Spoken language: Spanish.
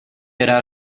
era